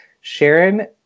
sharon